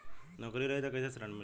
नौकरी रही त कैसे ऋण मिली?